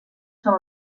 són